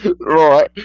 Right